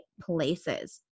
places